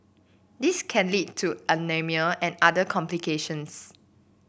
this can lead to anaemia and other complications